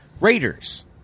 Raiders